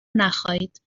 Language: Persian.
نخایید